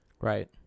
right